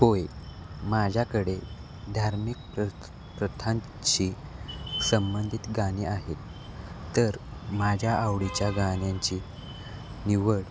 होय माझ्याकडे धार्मिक प्रथ प्रथांची संबंधित गाणी आहेत तर माझ्या आवडीच्या गाण्यांची निवड